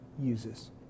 uses